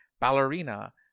ballerina